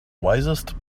wisest